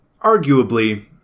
arguably